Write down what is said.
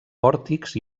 pòrtics